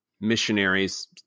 missionaries